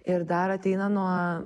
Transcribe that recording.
ir dar ateina nuo